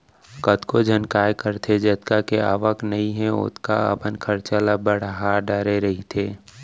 कतको झन काय करथे जतका के आवक नइ हे ओतका अपन खरचा ल बड़हा डरे रहिथे